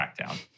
crackdown